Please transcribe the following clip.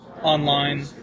online